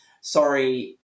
sorry